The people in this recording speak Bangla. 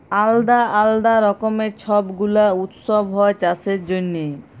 আলদা আলদা রকমের ছব গুলা উৎসব হ্যয় চাষের জনহে